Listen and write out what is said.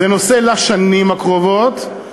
זה נושא לשנים הקרובות,